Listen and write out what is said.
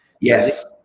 Yes